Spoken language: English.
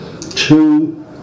two